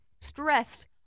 Stressed